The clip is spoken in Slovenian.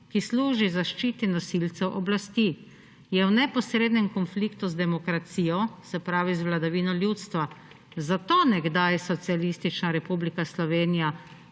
ki služi zaščiti nosilcev oblasti. Je v neposrednem konfliktu z demokracijo, z vladavino ljudstva, zato nekdaj Socialistična republika Slovenija